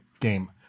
game